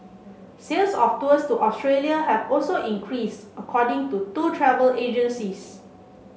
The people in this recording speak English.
sales of tours to Australia have also increased according to two travel agencies